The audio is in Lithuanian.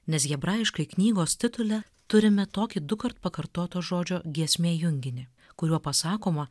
nes hebrajiškai knygos titule turime tokį dukart pakartoto žodžio giesmė junginį kuriuo pasakoma